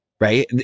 right